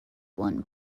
one